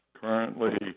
currently